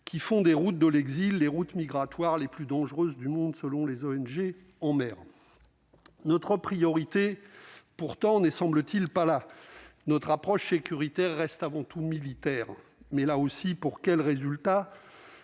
qui font des routes de l'exil, les routes migratoires les plus dangereuses du monde, selon les ONG en mer, notre priorité, pourtant, on n'est semble-t-il pas là notre approche sécuritaire reste avant tout militaire mais là aussi, pour quel résultat